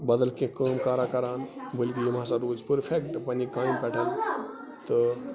بدل کیٚنٛہہ کٲم کارا کَران بٔلکہِ یِم ہَسا روٗزِ پٔرفیٚکٹہٕ پَننہِ کامہِ پٮ۪ٹھ تہٕ